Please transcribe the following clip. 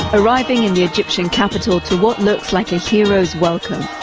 arriving in the egyptian capital to what looks like a hero's welcome,